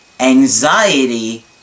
Anxiety